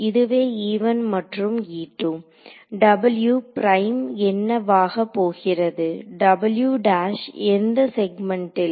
இதுவே மற்றும் w prime என்னவாகப் போகிறது இந்த செக்மென்ட்டில்